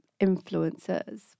influencers